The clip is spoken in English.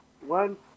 One